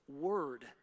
word